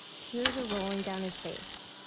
tears are rolling down his face.